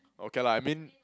okay lah I mean